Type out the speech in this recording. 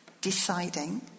deciding